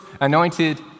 anointed